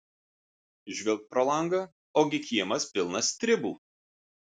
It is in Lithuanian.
žvilgt pro langą ogi kiemas pilnas stribų